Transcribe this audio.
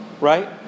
right